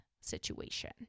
situation